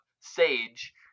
Sage